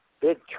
big